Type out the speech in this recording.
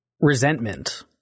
resentment